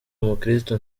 umukristo